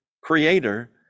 creator